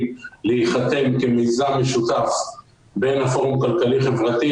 להיחתם כמיזם משותף בין הפורום כלכלי-חברתי,